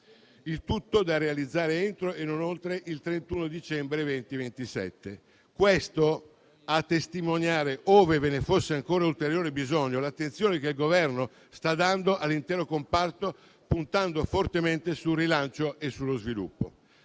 il tutto da realizzare entro e non oltre il 31 dicembre 2027. Questo a testimoniare, ove ve ne fosse ulteriore bisogno, l'attenzione che il Governo sta dando all'intero comparto, puntando fortemente sul rilancio e sullo sviluppo.